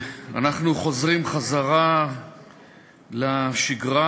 חוזרים לשגרה,